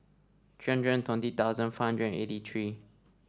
three hundred and twenty thousand five hundred and eighty three